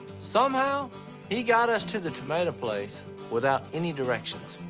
somehow he got us to the tomato place without any directions.